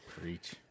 Preach